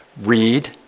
read